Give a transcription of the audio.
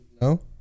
No